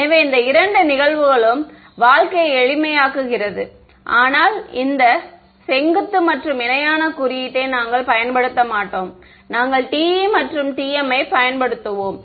எனவே இந்த இரண்டு நிகழ்வுகளும் வாழ்க்கையை எளிமையாக்குகிறது ஆனால் இந்த செங்குத்து மற்றும் இணையான குறியீட்டை நாங்கள் பயன்படுத்த மாட்டோம் நாங்கள் TE மற்றும் TM ஐ பயன்படுத்துவோம்